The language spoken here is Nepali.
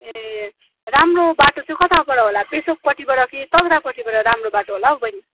ए राम्रो बाटो चाहिँ कताबाट होला पेसोकपट्टिबाट कि तकदाहपट्टिबाट राम्रो बाटो होला हौ बहिनी